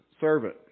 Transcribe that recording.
servant